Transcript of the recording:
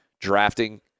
drafting